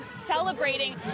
celebrating